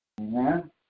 Amen